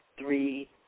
three